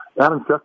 Adam